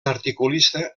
articulista